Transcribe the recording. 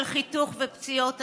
על חיתוך ופציעות עצמיות,